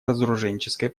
разоруженческой